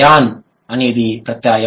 ion అనేది ప్రత్యయం